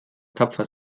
tapfer